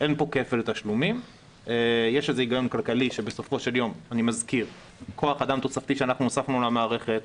אין עליהם הנחה, לא ניתנת עליהם הנחה מעבר לתקרה.